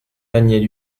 daniel